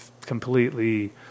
completely